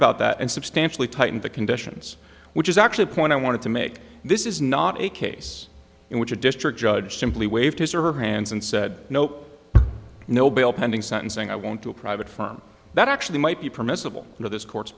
about that and substantially tightened the conditions which is actually the point i wanted to make this is not a case in which a district judge simply waived his or her hands and said no no bail pending sentencing i want to a private firm that actually might be permissible under this cour